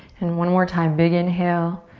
and one more time, big inhale.